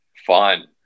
fun